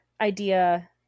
idea